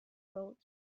road